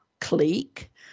clique